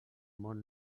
món